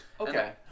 Okay